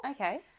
Okay